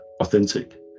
authentic